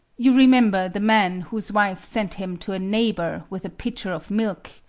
you remember the man whose wife sent him to a neighbor with a pitcher of milk,